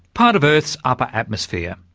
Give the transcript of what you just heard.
part of earth's upper-atmosphere.